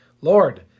Lord